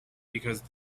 because